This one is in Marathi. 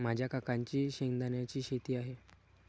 माझ्या काकांची शेंगदाण्याची शेती आहे